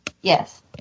Yes